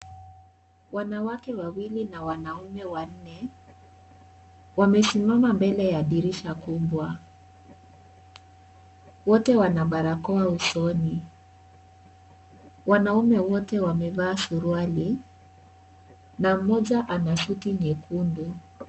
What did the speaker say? Wanawake wawili na wanaume wanne, wamesimama mbele ya dirisha kubwa. Wote wana barakoa usoni. Wanaume wote wamevaa suruali na mmoja ana suti nyekundu.